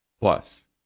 Plus